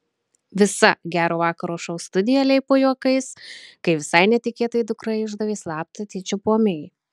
visa gero vakaro šou studija leipo juokais kai visai netikėtai dukra išdavė slaptą tėčio pomėgį